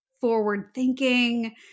forward-thinking